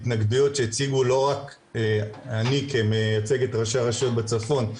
ההתנגדויות שהציגו לא רק אני כמייצג את ראשי הרשויות בצפון,